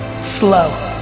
slow.